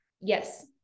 yes